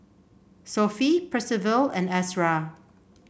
Sophie Percival and Ezra